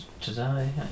today